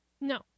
No